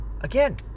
Again